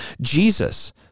Jesus